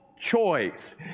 choice